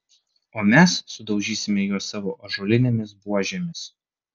o mes sudaužysime juos savo ąžuolinėmis buožėmis